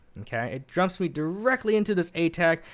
it jumps me directly into this a tag.